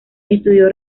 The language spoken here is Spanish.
estudió